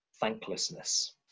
thanklessness